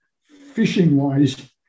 fishing-wise